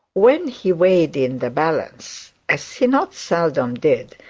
when he weighed in the balance, as he not seldom did,